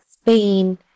Spain